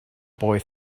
boy